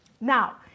Now